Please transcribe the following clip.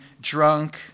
drunk